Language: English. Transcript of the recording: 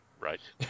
Right